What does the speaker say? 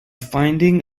finding